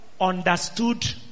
understood